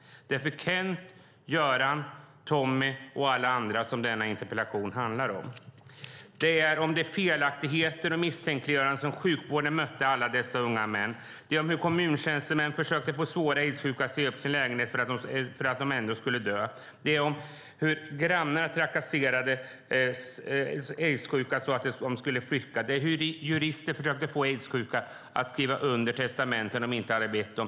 Det är Kent, Göran, Tommy och alla andra som denna interpellation handlar om. Det är om de felaktigheter och misstänkliggöranden som sjukvården mötte alla dessa unga män med. Det är om hur kommuntjänstemän försökte få svårt aidssjuka att säga upp sin lägenhet därför att de ändå skulle dö. Det är om hur grannar trakasserade aidssjuka för att de skulle flytta. Det är om hur jurister försökte få aidssjuka att skriva under testamenten de inte hade bett om.